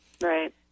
right